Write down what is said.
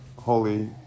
holy